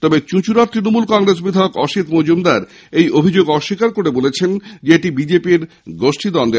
তবে চুঁচুড়ার তৃণমূল কংগ্রেস বিধায়ক অসিত মজুমদার এই অভিযোগ অস্বীকার করে বলেছেন এটি বিজেপি গোষ্ঠীদ্বন্দ্ব